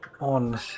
on